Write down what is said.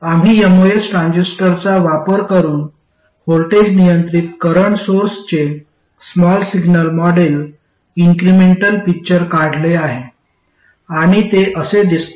आम्ही एमओएस ट्रान्झिस्टरचा वापर करून व्होल्टेज नियंत्रित करंट सोर्सचे small signal model incremental picture काढले आहे आणि ते असे दिसते